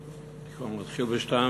היושבת-ראש,